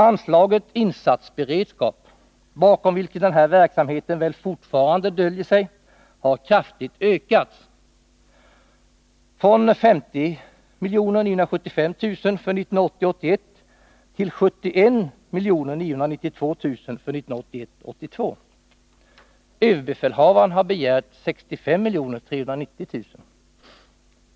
Anslaget Insatsberedskap, bakom vilket den här verksamheten väl fortfarande döljer sig, har kraftigt ökats — från 50 975 000 för 1980 82. Överbefälhavaren har begärt 65 390 000.